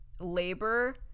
labor